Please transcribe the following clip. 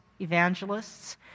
evangelists